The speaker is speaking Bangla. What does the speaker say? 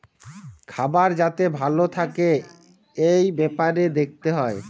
খাবার যাতে ভালো থাকে এই বেপারে দেখতে হয়